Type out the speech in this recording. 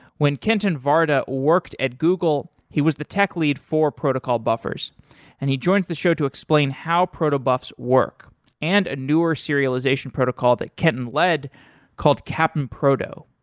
when kenton varda worked at google, he was the tech lead for protocol buffers and he joins the show to explain how proto buffs work and a newer serialization protocol that kenton lead called cap'n proto.